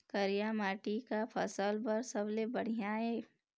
करिया माटी का फसल बर सबले बढ़िया ये?